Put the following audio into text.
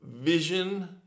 vision